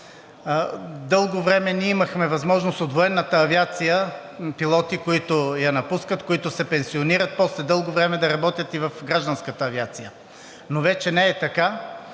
Дълго време ние имахме възможност пилоти от Военната авиация, които я напускат, които се пенсионират, после дълго време да работят и в Гражданската авиация. Но вече не е така.